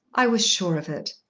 i was sure of it.